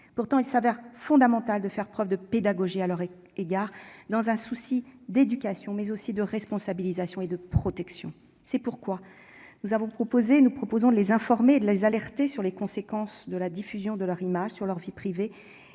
Pourtant, il s'avère fondamental de faire preuve de pédagogie à leur égard, dans un souci d'éducation, de responsabilisation et de protection. C'est pourquoi nous proposons d'informer et d'alerter ces mineurs sur les conséquences de la diffusion de leur image, tant sur leur vie privée